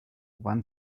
one